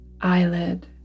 eyelid